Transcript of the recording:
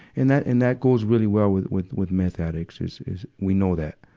and that, and that goes really well with, with with meth addicts is, is we know that.